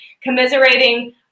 commiserating